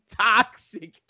toxic